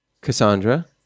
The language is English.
Cassandra